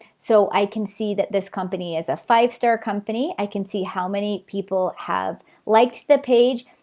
so i can see that this company is a five-star company. i can see how many people have liked the page.